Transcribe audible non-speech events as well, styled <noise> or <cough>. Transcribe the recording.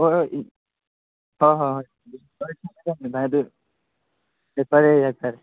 ꯍꯣꯏ ꯍꯣꯏ ꯍꯣꯏ ꯍꯣꯏ ꯍꯣꯏ <unintelligible> ꯚꯥꯏ ꯑꯗꯨ ꯌꯥꯏꯐꯔꯦ ꯌꯥꯏꯐꯔꯦ